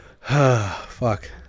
fuck